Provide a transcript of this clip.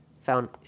found